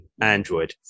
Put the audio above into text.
Android